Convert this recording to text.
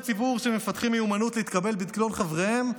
לנבחרי ציבור שמפתחים מיומנות להתכבד בקלון חבריהם,